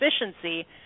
efficiency